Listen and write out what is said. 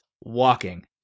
walking